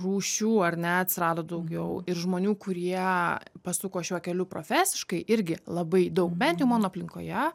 rūšių ar ne atsirado daugiau ir žmonių kurie pasuko šiuo keliu profesiškai irgi labai daug bent jau mano aplinkoje